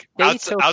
outside